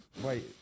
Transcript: Wait